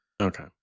okay